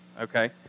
okay